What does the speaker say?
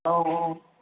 औ औ